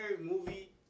movie